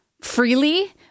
freely